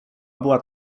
była